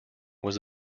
was